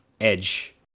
edge